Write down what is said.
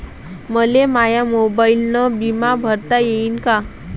मले माया मोबाईलनं बिमा भरता येईन का?